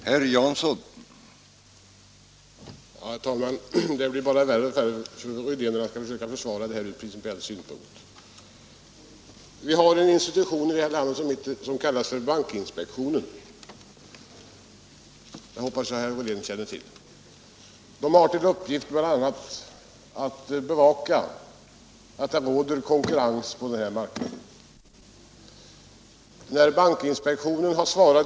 Herr talman! Det blir bara värre när herr Rydén skall försöka försvara sin ståndpunkt från principiell synvinkel. Vi har en institution i vårt land som kallas för bankinspektionen. Den hoppas jag herr Rydén känner till. Bankinspektionen har till uppgift bl.a. att bevaka att det råder konkurrens på penningmarknaden.